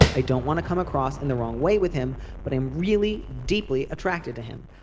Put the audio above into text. i don't want to come across in the wrong way with him but i'm really deeply attracted to him.